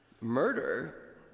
murder